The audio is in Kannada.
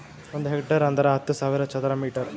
ಒಂದ್ ಹೆಕ್ಟೇರ್ ಅಂದರ ಹತ್ತು ಸಾವಿರ ಚದರ ಮೀಟರ್